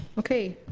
okay,